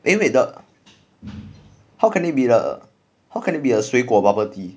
eh wait the how can it be the how can it be a 水果 bubble tea